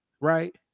right